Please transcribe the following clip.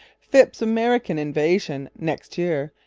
phips's american invasion next year,